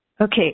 Okay